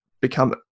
become